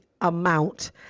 amount